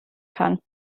kann